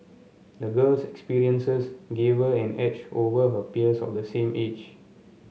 the girl's experiences gave her an edge over her peers of the same age